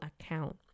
account